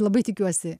labai tikiuosi